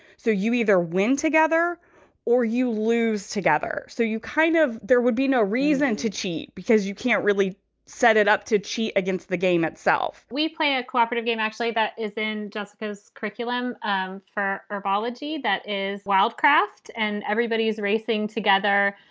so you either win together or you lose together. so you kind of there would be no reason to cheat because you can't really set it up to cheat against the game itself we play a cooperative game, actually, that is in just curriculum um for herbology. that is wild craft. and everybody is racing together.